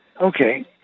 Okay